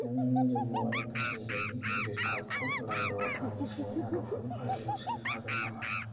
नों आंनि जम्मु आरो कास्मिर बेंकनि क्रेडिट कार्ड खौ लाइमरड आव आंनि पेमेन्ट आदबफोरनि फारिलाइयाव सोनो हागोन नामा